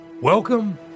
Welcome